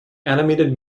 animated